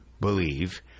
believe